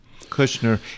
Kushner